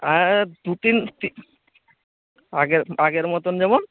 হ্যাঁ দু তিন আগের আগের মতন যেমন